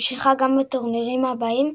שנמשכה גם בטורנירים הבאים,